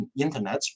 internet